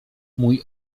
mój